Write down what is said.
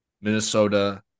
Minnesota